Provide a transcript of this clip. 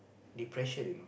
depression you know